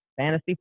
Fantasy